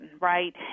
right